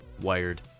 wired